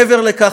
מעבר לכך,